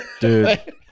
dude